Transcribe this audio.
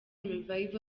revival